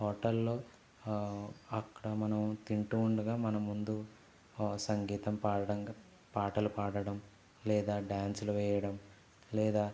హోటల్లో అక్కడ మనము తింటూ ఉండగా మన ముందు సంగీతం పాడటం పాటలు పాడటం లేదా డ్యాన్సులు వేయడం లేదా